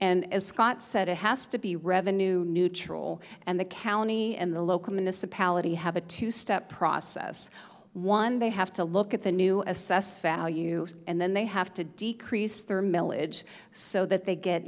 as scott said it has to be revenue neutral and the county and the local municipality have a two step process one they have to look at the new assessed value and then they have to decrease their millage so that they get